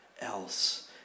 else